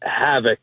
havoc